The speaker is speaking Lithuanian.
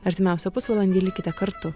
artimiausią pusvalandį likite kartu